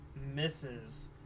misses